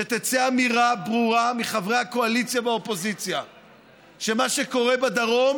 תצא אמירה ברורה מחברי הקואליציה והאופוזיציה שמה שקורה בדרום